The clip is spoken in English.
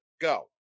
Go